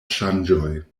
ŝanĝoj